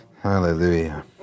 Hallelujah